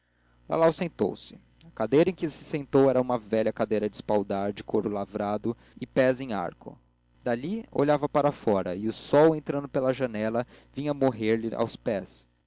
vez lalau sentou-se a cadeira em que se sentou era uma velha cadeira de espaldar de couro lavrado e pés em arco dali olhava para fora e o sol entrando pela janela vinha morrer lhe aos pés